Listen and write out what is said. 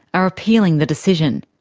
are appealing the decision.